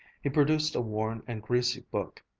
he produced a worn and greasy book,